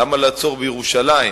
למה לעצור בירושלים?